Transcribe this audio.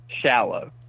shallow